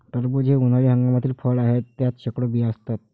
टरबूज हे उन्हाळी हंगामातील फळ आहे, त्यात शेकडो बिया असतात